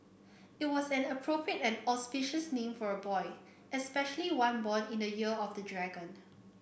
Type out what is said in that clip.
it was an appropriate and auspicious name for a boy especially one born in the year of the dragon